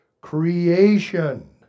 creation